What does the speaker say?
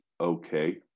okay